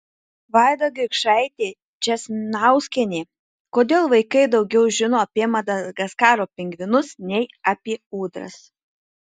vaida grikšaitė česnauskienė kodėl vaikai daugiau žino apie madagaskaro pingvinus nei apie ūdras